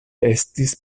estis